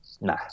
Nah